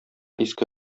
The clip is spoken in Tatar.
иске